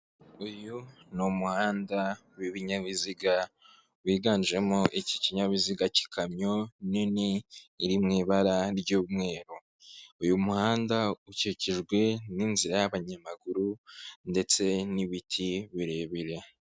Uyu ni umuhanda w'ibinyabiziga wiganjemo iki kinyabiziga cy'ikamyo nini iriwibara ry'umweru uyu muhanda ukikijwe n'inzira y'abanyamaguru ndetse n'ibiti birebire.